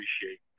appreciate